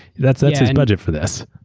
that's that's his budget for this.